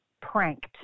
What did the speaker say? pranked